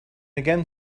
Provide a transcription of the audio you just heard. again